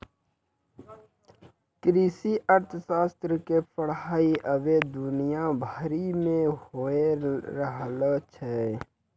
कृषि अर्थशास्त्र के पढ़ाई अबै दुनिया भरि मे होय रहलो छै